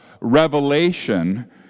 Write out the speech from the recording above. revelation